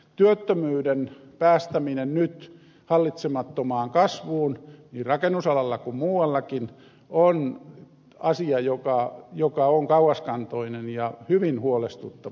työttömyyden päästäminen nyt hallitsemattomaan kasvuun niin rakennusalalla kuin muuallakin on asia joka on kauaskantoinen ja hyvin huolestuttava